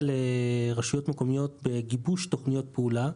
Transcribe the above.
לרשויות מקומיות בגיבוש תוכניות פעולה.